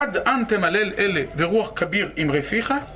עד אן תמלל אלה, ורוח כביר אמרי פיך?